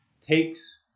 takes